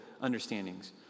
understandings